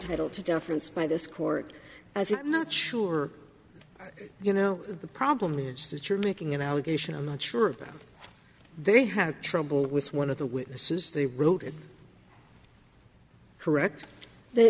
entitled to deference by this court as if i'm not sure you know the problem is that you're making an allegation i'm not sure they had trouble with one of the witnesses they wrote it correct th